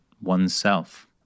oneself